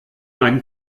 einen